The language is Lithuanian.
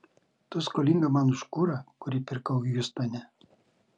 tu skolinga man už kurą kurį pirkau hjustone